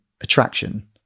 attraction